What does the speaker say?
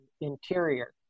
Interior